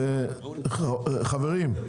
חברים,